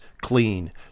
clean